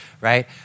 right